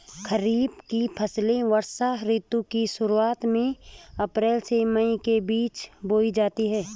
खरीफ की फसलें वर्षा ऋतु की शुरुआत में, अप्रैल से मई के बीच बोई जाती हैं